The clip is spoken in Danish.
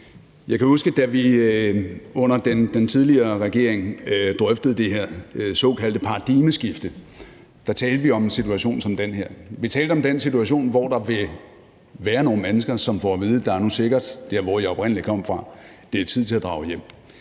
Jeg kan huske, da vi under den tidligere regering drøftede det her såkaldte paradigmeskifte, talte vi om en situation som den her. Vi talte om den situation, hvor der vil være nogle mennesker, som får at vide: Der er nu sikkert der, hvor I oprindelig kom fra; det er tid til at drage hjem.